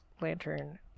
lantern